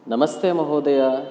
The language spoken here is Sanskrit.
नमस्ते महोदया